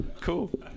Cool